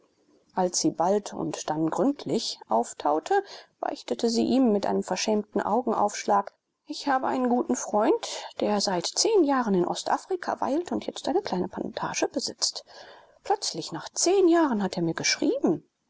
als sie bald und dann gründlich auftaute beichtete sie ihm mit einem verschämten augenaufschlag ich habe einen guten freund der seit zehn jahren in ostafrika weilt und jetzt eine kleine plantage besitzt plötzlich nach zehn jahren hat er mir geschrieben